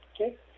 Okay